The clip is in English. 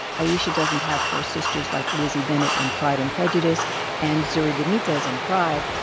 ayesha doesn't have four sisters like lizzy bennet in pride and prejudice and zuri benitez in pride.